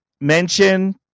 mention